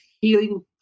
healing